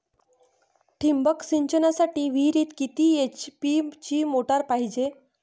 ठिबक सिंचनासाठी विहिरीत किती एच.पी ची मोटार पायजे?